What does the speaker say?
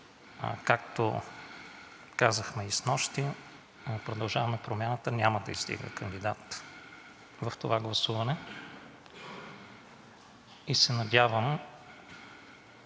Както казахме и снощи, „Продължаваме Промяната“ няма да издигне кандидат в това гласуване. Надявам